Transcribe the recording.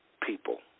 people